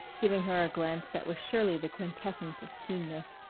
giving her a glance that was surely the quintessence of keenness.